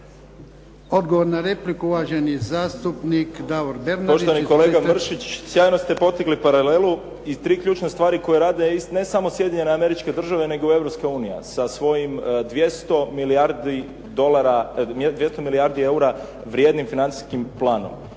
Odgovor na repliku uvaženi zastupnik Davor Bernardić. Izvolite. **Bernardić, Davor (SDP)** Poštovani kolega Mršić, sjajno ste povukli paralelu i tri ključne stvari koje rade ne samo Sjedinjene Američke Države nego i Europska unija sa svojim 200 milijardi eura vrijednim financijskim planom